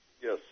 Yes